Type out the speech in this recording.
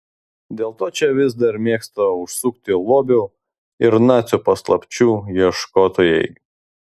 dėl to čia vis dar mėgsta užsukti lobių ir nacių paslapčių ieškotojai